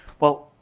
well,